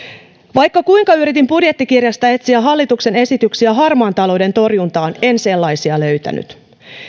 vaikka kuinka yritin budjettikirjasta etsiä hallituksen esityksiä harmaan talouden torjuntaan en sellaisia löytänyt